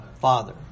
Father